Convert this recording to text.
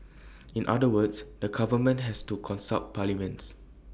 in other words the government has to consult parliament